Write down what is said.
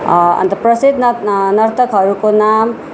अन्त प्रसिद्ध नर्तकहरूको नाम